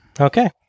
Okay